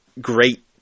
great